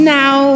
now